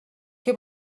què